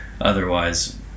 otherwise